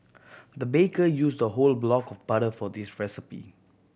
the baker used a whole block of butter for this recipe